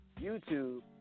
YouTube